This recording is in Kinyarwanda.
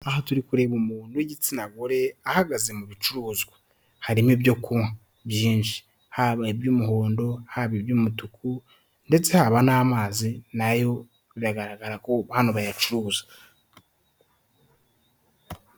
Aha turi kureba umuntu w'igitsina gore ahagaze mu bicuruzwa, harimo ibyo kunywa byinshi, haba iby'umuhondo, haba iby'umutuku ndetse haba n'amazi nayo biragaragara ko hano bayacuruza.